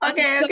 Okay